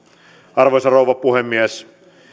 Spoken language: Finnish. arvoisa rouva puhemies